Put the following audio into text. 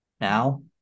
now